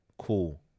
cool